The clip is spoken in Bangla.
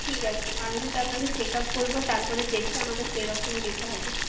ঠিক আছে আমি তো আপনাকে চেকআপ করবো তারপর দেখে আমাকে সেইরকম দিতে হবে